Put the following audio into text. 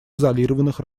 изолированных